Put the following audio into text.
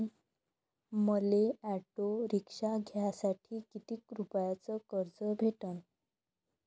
मले auto rickshaw घ्यासाठी कितीक रुपयाच कर्ज भेटनं?